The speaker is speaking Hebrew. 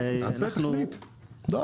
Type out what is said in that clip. מה